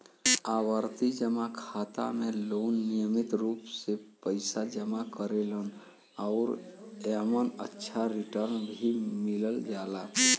आवर्ती जमा खाता में लोग नियमित रूप से पइसा जमा करेलन आउर एमन अच्छा रिटर्न भी मिल जाला